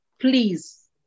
please